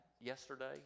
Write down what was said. yesterday